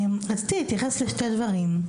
רציתי להתייחס לשני דברים.